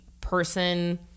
person